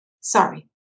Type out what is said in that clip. Sorry